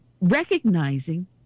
Recognizing